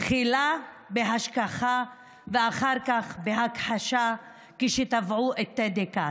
תחילה בהשכחה ואחר כך בהכחשה, כשתבעו את טדי כץ.